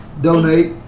Donate